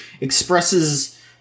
expresses